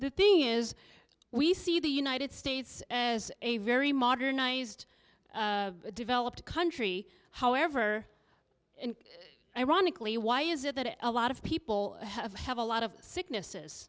the thing is we see the united states as a very modernized developed country however and ironically why is it that a lot of people have have a lot of sickness